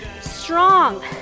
Strong